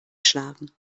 schlagen